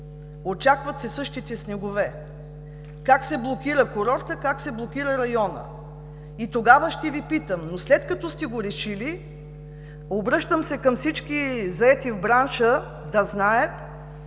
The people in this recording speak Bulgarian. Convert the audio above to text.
очакват се същите снегове, как се блокира курортът, как се блокира районът? Тогава ще Ви питам. Но след като сте го решили, обръщам се към всички, заети в бранша, да знаят,